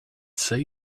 say